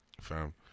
fam